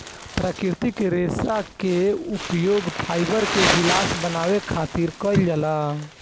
प्राकृतिक रेशा के उपयोग फाइबर के गिलास बनावे खातिर कईल जाला